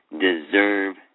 deserve